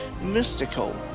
mystical